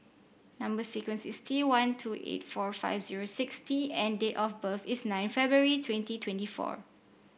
number sequence is T one two eight four five zero six T and date of birth is nine February twenty twenty four